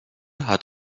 hat